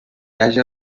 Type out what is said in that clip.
haja